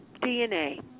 DNA